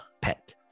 pet